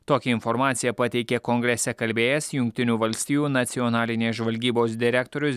tokią informaciją pateikė kongrese kalbėjęs jungtinių valstijų nacionalinės žvalgybos direktorius